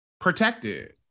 protected